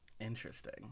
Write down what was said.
Interesting